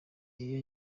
iyo